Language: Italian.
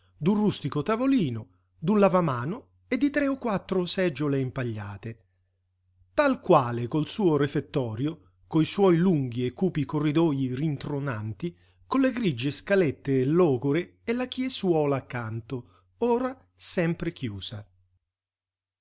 d'un rustico tavolino d'un lavamano e di tre o quattro seggiole impagliate tal quale col suo refettorio coi suoi lunghi e cupi corridoj rintronanti con le grige scalette logore e la chiesuola accanto ora sempre chiusa